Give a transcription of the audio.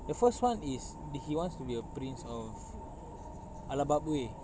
the first [one] is is he wants to be a prince of